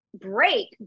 break